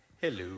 hello